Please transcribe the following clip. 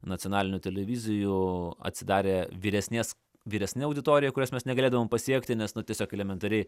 nacionalinių televizijų atsidarė vyresnės vyresnė auditorija kurias mes negalėdavom pasiekti nes nu tiesiog elementariai